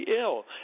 ill